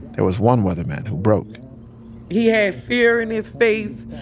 there was one weatherman who broke he had fear in his face.